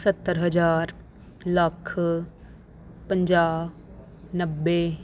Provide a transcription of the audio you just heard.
ਸੱਤਰ ਹਜ਼ਾਰ ਲੱਖ ਪੰਜਾਹ ਨੱਬੇ